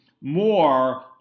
more